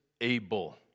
able